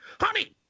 Honey